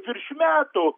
virš metų